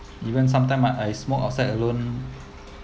even sometime I I smoke outside alone